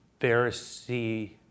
Pharisee